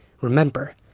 Remember